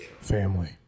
family